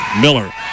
Miller